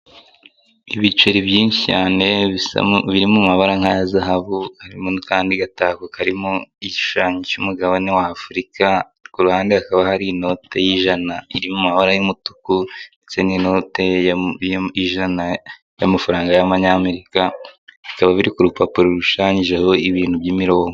Ibiceri byinshi cyane birimo amabara nka ya zahabu, harimo n'akandi gatako karimo igishushanyo cy'umugabane wa afurika, kuruhande hakaba hari inote y'ijana, irimo amabara y'umutuku ndetse n'inote y'ijana y'amafaranga y'abanyamerika, bikaba biri ku rupapuro rurushushanyijeho ibintu by'imirongo.